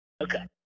Okay